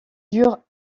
dure